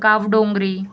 Kavdongri